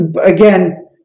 again